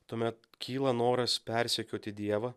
tuomet kyla noras persekioti dievą